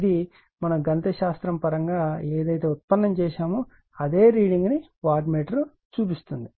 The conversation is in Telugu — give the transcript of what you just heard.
ఇది మనం గణిత శాస్త్ర పరంగా మనం ఏదైతే ఉత్పన్నం చేశామో అదే రీడింగ్ ని వాట్ మీటర్ చూపిస్తుంది